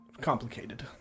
complicated